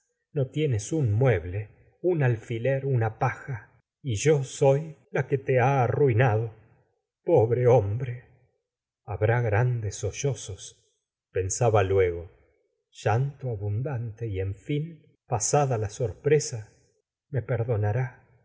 no tienes un mueble un alfiler una paja y yo soy la que te ha rruinado pobre hombre habrá grandes sollozos pensaba luego llanto abundante y en fin pasada la sorpresa me